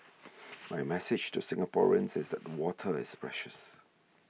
my message to Singaporeans is that water is precious